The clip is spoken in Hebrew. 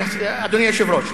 אדוני היושב-ראש,